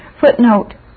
Footnote